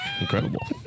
incredible